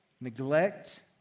neglect